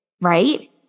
right